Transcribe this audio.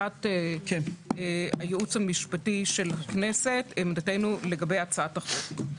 עמדת הייעוץ המשפטי של הכנסת לגבי הצעת החוק.